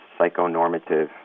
psychonormative